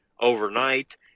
overnight